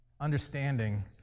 understanding